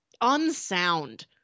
unsound